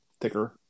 thicker